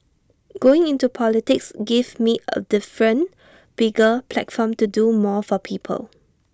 going into politics gives me A different bigger platform to do more for people